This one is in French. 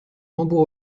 tambour